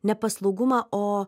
ne paslaugumą o